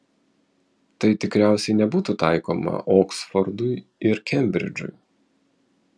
tai tikriausiai nebūtų taikoma oksfordui ir kembridžui